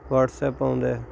WhatsApp ਆਉਂਦਾ